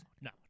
no